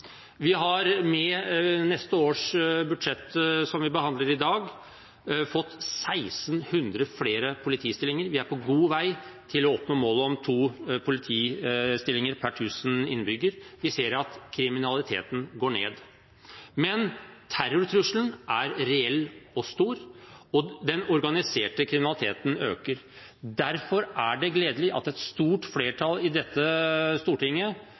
Vi har med neste års budsjett, som vi behandler i dag, fått 1 600 flere politistillinger. Vi er på god vei til å oppnå målet om to politistillinger per 1 000 innbyggere. Vi ser at kriminaliteten går ned. Men terrortrusselen er reell og stor, og den organiserte kriminaliteten øker. Derfor er det gledelig at et stort flertall i dette stortinget